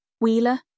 Wheeler